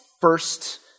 first